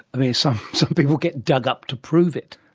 i mean, so something will get dug up to prove it.